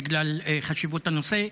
בגלל חשיבות הנושא.